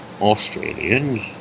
Australians